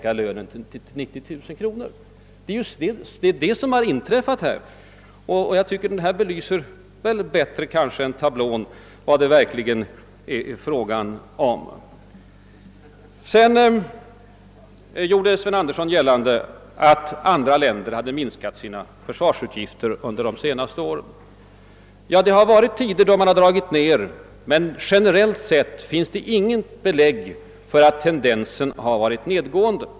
Dina förmåner har alltså förbättrats.» Det är precis vad som har hänt med försvarsanslaget. Jag tycker att detta exempel belyser om möjligt bättre än tablån vad det verkligen varit fråga om. Vidare gjorde försvarsministern gällande att andra länder hade minskat sina försvarsutgifter under de senaste åren. Ja, det har förekommit att vissa länder gjort det, men generellt sett finns inget belägg för att tendensen har varit nedåtgående.